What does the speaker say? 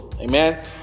Amen